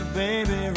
baby